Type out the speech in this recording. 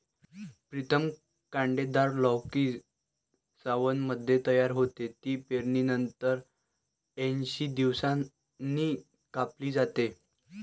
प्रीतम कांटेदार लौकी सावनमध्ये तयार होते, ती पेरणीनंतर ऐंशी दिवसांनी कापली जाते